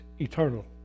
eternal